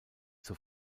zur